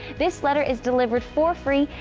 this letter is delivered for free,